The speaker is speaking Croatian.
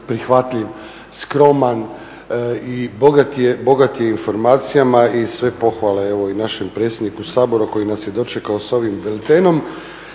prihvatljiv, skroman i bogat je informacijama i sve pohvale i našem predsjedniku Sabora koji nas je dočekao sa ovim biltenom.